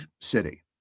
city